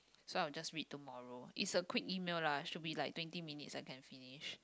so I'll just read tomorrow is a quick email lah should be like twenty minutes I can finish